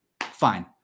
fine